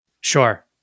Sure